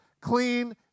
Clean